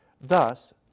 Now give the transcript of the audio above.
Thus